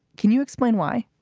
can you explain why?